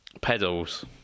pedals